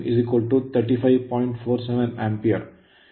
47 ampere ampere ಅದೇ ಪ್ರವಾಹ